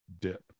dip